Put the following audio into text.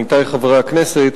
עמיתי חברי הכנסת,